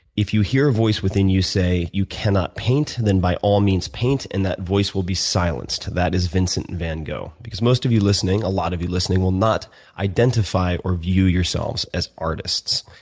if you hear a voice within you say you cannot paint, then by all means paint and that voice will be silenced. that is vincent van gogh. because most of you listening, a lot of you listening, will not identify or view yourselves as artists.